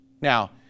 Now